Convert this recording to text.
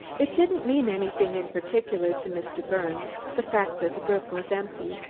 it didn't mean anything in particular to mr. birnes, the fact that the grip was empty,